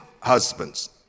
husbands